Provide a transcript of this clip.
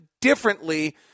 differently